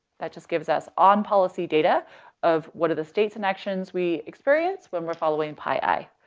that just gives us on policy data of what are the states and actions we experience when we're following pi i.